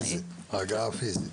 ההגעה הפיזית?